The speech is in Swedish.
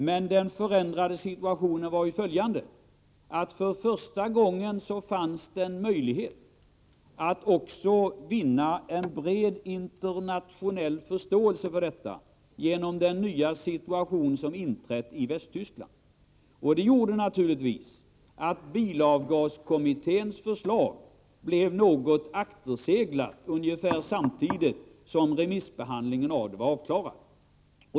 Men det förändrade läget var att det för första gången fanns en möjlighet att också vinna en bred internationell förståelse för detta genom den nya situation som hade inträtt i Västtyskland. Det gjorde naturligtvis att bilavgaskommitténs förslag blev något akterseglat ungefär samtidigt som remissbehandlingen av det var avklarad.